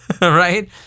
right